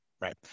Right